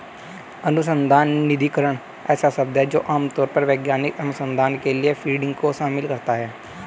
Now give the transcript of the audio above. अनुसंधान निधिकरण ऐसा शब्द है जो आम तौर पर वैज्ञानिक अनुसंधान के लिए फंडिंग को शामिल करता है